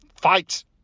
fight